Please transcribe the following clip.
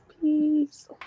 Peace